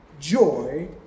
joy